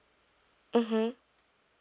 mmhmm